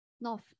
north